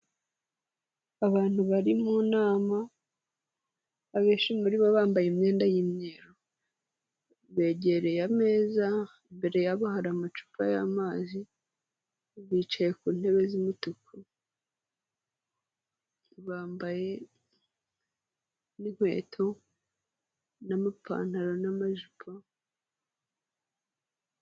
Abantu bari mu nama, abenshi muri bo bambaye imyenda y'imyeru, begereye ameza, imbere yabo hari amacupa y'amazi, bicaye ku ntebe z'umutuku, bambaye n'inkweto n'amapantaro n'amajipo.